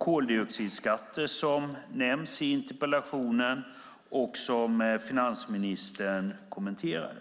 koldioxidskatter, som nämns i interpellationen och som finansministern kommenterar.